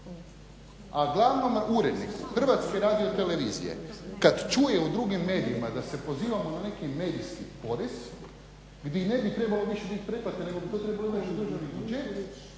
A glavnom uredniku HRT-a kad čuje u drugim medijima da se pozivamo na neki medijski porez gdje ne bi trebalo više bit pretplate nego bi to trebalo ić u državni budžet